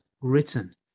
written